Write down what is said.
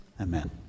Amen